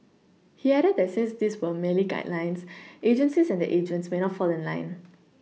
he added that since these were merely guidelines agencies and their agents may not fall in line